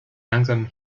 langsam